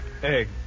Egg